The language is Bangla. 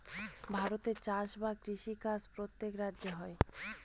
ভারতে চাষ বা কৃষি কাজ প্রত্যেক রাজ্যে হয়